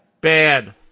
Bad